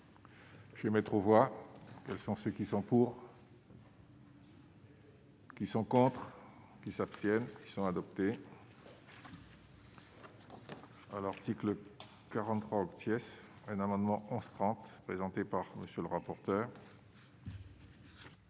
Je vais mettre aux voix, quels sont ceux qui sont pour. Qui sont contres qui s'abstiennent qui sont adoptés. à l'article 43 obtiennent un amendement en France présenté par monsieur le rapporteur.